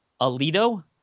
Alito